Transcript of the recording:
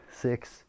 six